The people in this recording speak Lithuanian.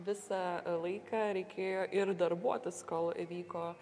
visą laiką reikėjo ir darbuotis kol vyko